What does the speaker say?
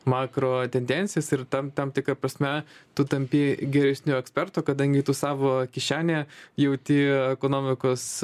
makro tendencijas ir tam tam tikra prasme tu tampi geresniu ekspertu kadangi tu savo kišenėje jauti ekonomikos